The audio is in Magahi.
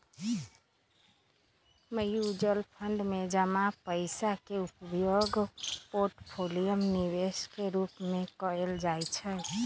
म्यूचुअल फंड में जमा पइसा के उपयोग पोर्टफोलियो निवेश के रूपे कएल जाइ छइ